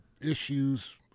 issues